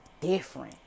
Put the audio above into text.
different